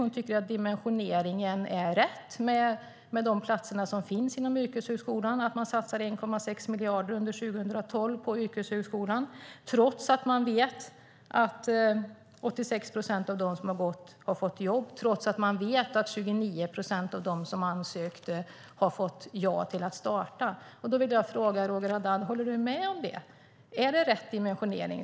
Hon tycker att dimensioneringen i fråga om platser är rätt inom yrkeshögskolan och att man satsar 1,6 miljarder under 2012 på yrkeshögskolan, trots att man vet att 86 procent av dem som har gått den har fått jobb och trots att man vet att 29 procent av dem som ansökte har fått ja till att börja. Håller Roger Haddad med om att det är rätt dimensionering?